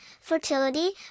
fertility